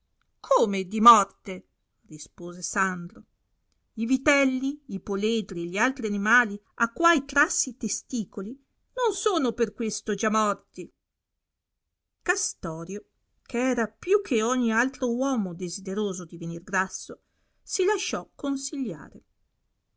come di morte rispose sandro i vitelli i poledri e gli altri animali a quai trassi i testicoli non sono per questo già morti castorio che era più che ogni altro uomo desideroso di venir grasso si lasciò consigliare